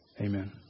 Amen